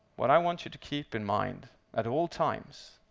what i want you to keep in mind at all times,